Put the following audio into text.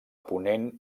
ponent